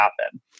happen